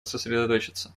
сосредоточиться